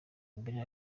mbere